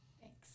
Thanks